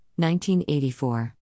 1984